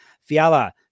Fiala